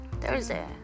Thursday